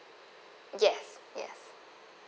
yes yes